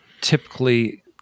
typically